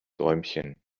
däumchen